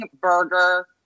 burger